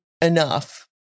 enough